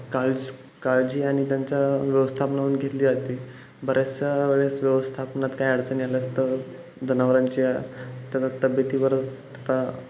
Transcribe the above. काळज काळजी आणि त्यांचे व्यवस्थापन होऊन घेतली जाते बऱ्याचशा वेळेस व्यवस्थापनात काय अडचणी आलं असता जनावरांच्या त्याच्या तब्येतीवर का